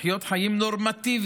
לחיות חיים נורמטיביים,